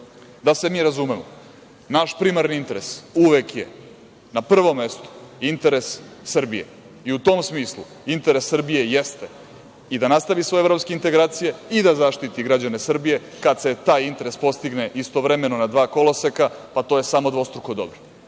da se mi razumemo, naš primerni interes uvek je na prvom mestu interes Srbije i u tom smislu interes Srbije jeste i da nastavi svoje evropske integracije i da zaštiti građane Srbije kada se taj interes postigne istovremeno na dva koloseka, to je samo dvostruko dobro.